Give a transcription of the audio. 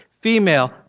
Female